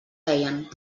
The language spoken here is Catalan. deien